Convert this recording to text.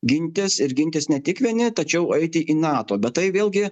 gintis ir gintis ne tik vieni tačiau aiti į nato bet tai vėlgi